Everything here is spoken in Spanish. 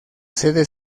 sede